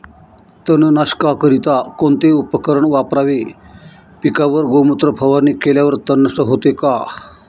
तणनाशकाकरिता कोणते उपकरण वापरावे? पिकावर गोमूत्र फवारणी केल्यावर तण नष्ट होते का?